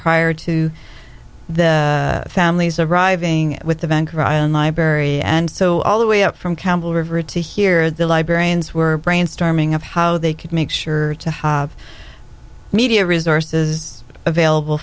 prior to the families arriving with the bank ryan library and so all the way up from campbell river to here the librarians were brainstorming of how they could make sure to have media resources available